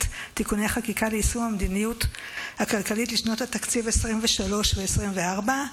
(תיקוני חקיקה ליישום המדיניות הכלכלית לשנות התקציב 2023 ו-2024),